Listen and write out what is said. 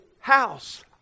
house